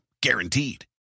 Guaranteed